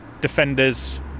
defenders